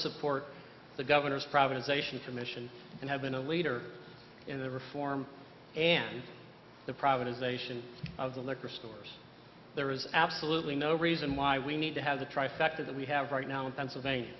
support the governor's providence ation commission and have been a leader in the reform and the privatization of the liquor stores there is absolutely no reason why we need to have the trifecta that we have right now in pennsylvania